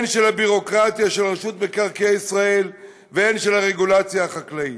הן של הביורוקרטיה של רשות מקרקעי ישראל והן של הרגולציה החקלאית.